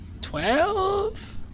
Twelve